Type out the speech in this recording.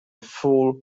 fool